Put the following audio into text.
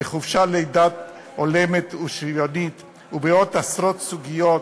בחופשת לידה הולמת ושוויונית ובעוד עשרות סוגיות